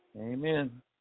Amen